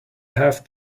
have